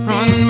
Run